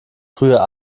früher